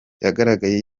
yagaragaye